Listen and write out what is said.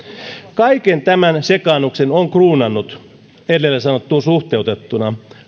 kaiken tämän sekaannuksen on kruunannut hallituksen asettama edellä sanottuun suhteutettuna